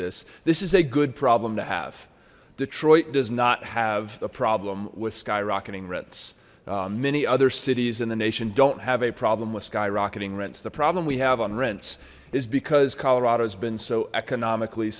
this this is a good problem to have detroit does not have problem with skyrocketing rents many other cities in the nation don't have a problem with skyrocketing rents the problem we have on rents is because colorado has been so economically